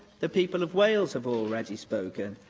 the people of wales have already spoken.